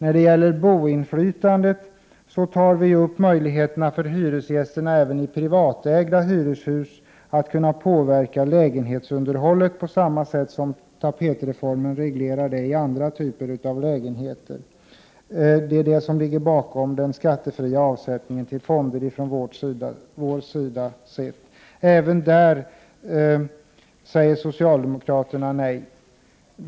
När det gäller boinflytandet tar vi upp frågan om möjligheterna för hyresgästerna även i privatägda hyreshus att påverka lägenhetsunderhållet på samma sätt som tapetreformen reglerar den frågan i andra typer av lägenheter. Det är detta som ligger bakom den skattefria avsättningen till fonder, som vi ser det. Även därvidlag säger socialdemokraterna nej.